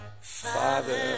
Father